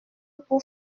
pour